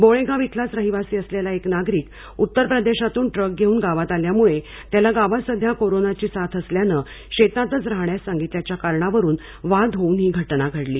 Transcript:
बोळेगाव इथलाच रहीवासी असलेला एक नागरिक उत्तरप्रदेशातुन ट्रक घेउन गावात आल्यामुळे त्यांना गावात सध्या कोरोनाची साथ आहे असल्यानं शेतातच राहण्यास सांगितल्याच्या कारणावरून वाद होवून ही घटना घडली